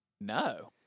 No